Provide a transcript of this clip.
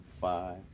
Five